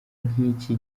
nk’iki